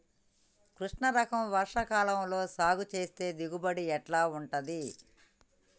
కృష్ణ రకం వర్ష కాలం లో సాగు చేస్తే దిగుబడి ఎట్లా ఉంటది?